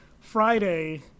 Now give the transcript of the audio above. Friday